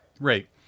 Right